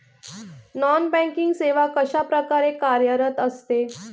Non banking सेवा कशाप्रकारे कार्यरत असते?